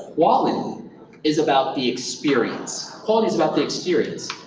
quality um is about the experience. quality is about the experience.